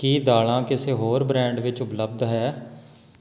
ਕੀ ਦਾਲਾਂ ਕਿਸੇ ਹੋਰ ਬ੍ਰਾਂਡ ਵਿੱਚ ਉਪਲਬਧ ਹੈ